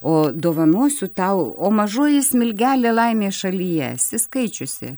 o dovanosiu tau o mažoji smilgelė laimės šalyje esi skaičiusi